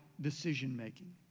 decision-making